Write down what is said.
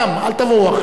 אל תבואו אחרי זה.